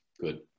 good